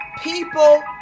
people